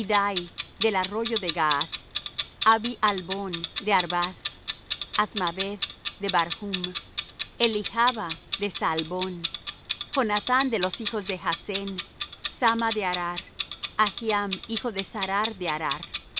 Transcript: del arroyo de gaas abi albon de arbath asmaveth de barhum elihaba de saalbón jonathán de los hijo de jassén samma de arar ahiam hijo de sarar de arar